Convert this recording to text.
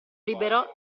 liberò